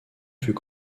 fut